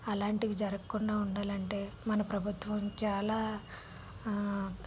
అలాంటివి జరగకుండా ఉండాలి అంటే మన ప్రభుత్వం చాలా